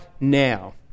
now